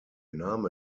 name